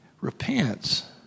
repents